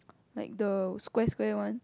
like the square square one